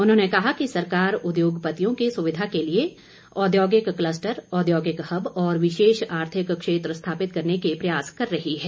उन्होंने कहा कि सरकार उद्योगपतिओं की सुविधा के लिए औद्योगिक कलस्टर औद्योगिक हब और विशेष आर्थिक क्षेत्र स्थापित करने के प्रयास कर रही है